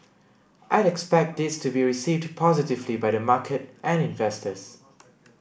I'd expect this to be received positively by the market and investors